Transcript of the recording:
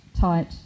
tight